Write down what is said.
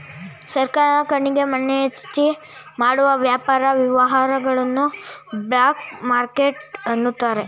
ಸರ್ಕಾರದ ಕಣ್ಣಿಗೆ ಮಣ್ಣೆರಚಿ ಮಾಡುವ ವ್ಯಾಪಾರ ವ್ಯವಹಾರವನ್ನು ಬ್ಲಾಕ್ ಮಾರ್ಕೆಟ್ ಅನ್ನುತಾರೆ